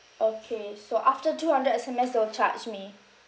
okay so after two hundred S_M_S they will charge me